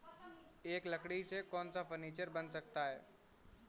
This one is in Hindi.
इस लकड़ी से कौन सा फर्नीचर बन सकता है?